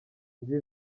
kandi